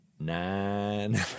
nine